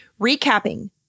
Recapping